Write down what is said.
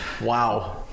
Wow